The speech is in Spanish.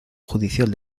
judicial